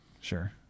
Sure